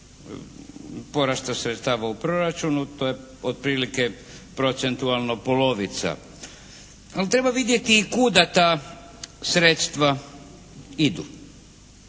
porasta sredstava u proračunu. To je otprilike procentualno polovica. Ali treba vidjeti kuda ta sredstva idu.